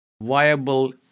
viable